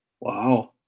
Wow